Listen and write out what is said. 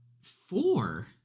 Four